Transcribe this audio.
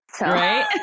right